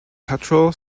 patrol